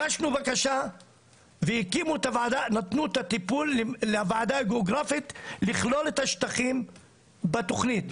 הגשנו בקשה ונתנו את הטיפול לוועדה הגיאוגרפית לכלול את השטחים בתכנית.